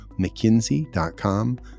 McKinsey.com